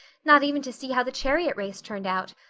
not even to see how the chariot race turned out.